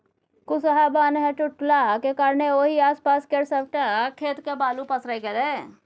कुसहा बान्ह टुटलाक कारणेँ ओहि आसपास केर सबटा खेत मे बालु पसरि गेलै